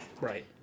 Right